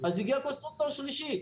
אז הגיע קונסטרוקטור שלישי,